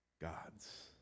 gods